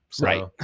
Right